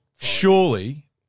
Surely